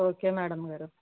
okay madam గారు